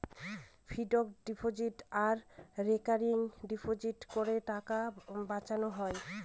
fixed deposit আর recurring ডিপোজিটে করের টাকা বাঁচানো হয়